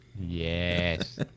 Yes